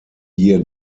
year